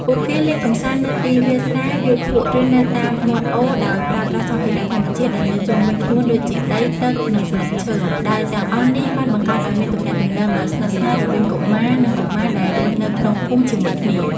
ពួកគេលេងកម្សាន្តនៅទីវាលស្រែ វាលភក់ ឬនៅតាមមាត់អូរដោយប្រើប្រាស់សម្ភារៈធម្មជាតិដែលនៅជុំវិញខ្លួនដូចជាដី ទឹក និងស្លឹកឈើ ដែលទាំងអស់នេះបានបង្កើតឱ្យមានទំនាក់ទំនងដ៏ស្និទ្ធស្នាលរវាងកុមារនិងកុមារដែលរស់នៅក្នុងភូមិជាមួយគ្នា។